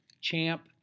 champ